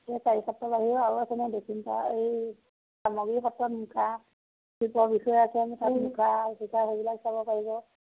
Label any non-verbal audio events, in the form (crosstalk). এই চাৰি সত্ৰৰ বাহিৰেও আৰু আছে নহয় দক্ষিণ (unintelligible) এই চামগুৰি সত্ৰত মুখা শিল্পে বিষয়ে আছে (unintelligible) মুখা চুখা সেইবিলাক চাব পাৰিব